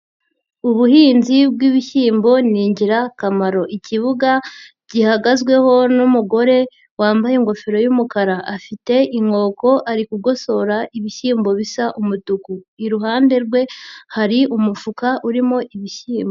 Ubuhinzi bw'ibishyimbo ni ingirakamaro. Ikibuga gihagazweho n'umugore wambaye ingofero y'umukara, afite inkoko ari kugosora ibishyimbo bisa umutuku. Iruhande rwe hari umufuka urimo ibishyimbo.